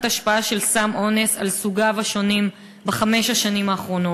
השפעה של סם אונס על סוגיו השונים בחמש השנים האחרונות?